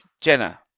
Jenna